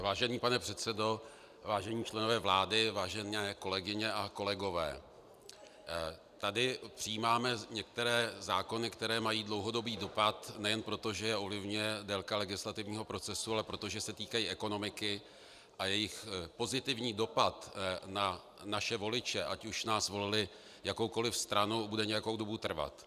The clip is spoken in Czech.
Vážený pane předsedo, vážení členové vlády, vážené kolegyně a kolegové, tady přijímáme některé zákony, které mají dlouhodobý dopad nejen proto, že je ovlivňuje délka legislativního procesu, ale proto, že se týkají ekonomiky a jejich pozitivní dopad na naše voliče, ať už nás volili za jakoukoli stranu, bude nějakou dobu trvat.